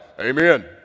amen